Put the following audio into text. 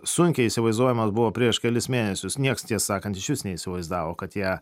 sunkiai įsivaizduojamas buvo prieš kelis mėnesius nieks tiesą sakant išvis neįsivaizdavo kad jie